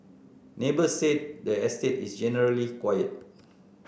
neighbours said the estate is generally quiet